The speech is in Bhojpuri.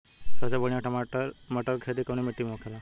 सबसे बढ़ियां मटर की खेती कवन मिट्टी में होखेला?